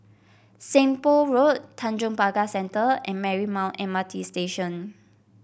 Seng Poh Road Tanjong Pagar Centre and Marymount M R T Station